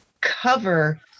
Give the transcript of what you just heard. cover